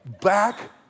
Back